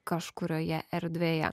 kažkurioje erdvėje